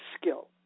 skill